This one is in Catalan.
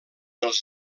els